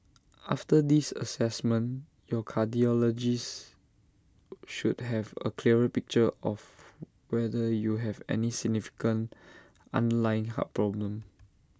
after this Assessment your cardiologist should have A clearer picture of whether you have any significant underlying heart problem